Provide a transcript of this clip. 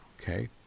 Okay